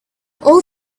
all